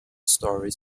stories